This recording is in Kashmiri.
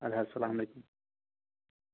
ادٕ حظ اَسلام علیکُم